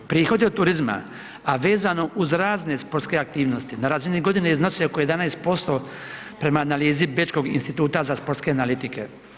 Prihodi od turizma a vezano uz razne sportske aktivnosti na razini godine iznosi oko 11% prema analizi bečkog Instituta za sportske analitike.